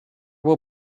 will